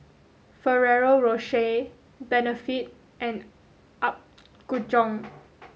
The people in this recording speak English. Ferrero Rocher Benefit and Apgujeong